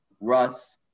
Russ